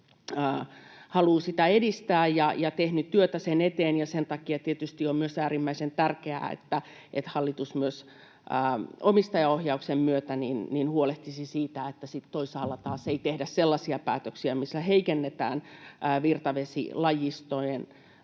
edistää ja on tehnyt työtä sen eteen. Sen takia tietysti on myös äärimmäisen tärkeää, että hallitus myös omistajaohjauksen myötä huolehtisi siitä, että sitten toisaalla taas ei tehdä sellaisia päätöksiä, joilla heikennetään virtavesilajiston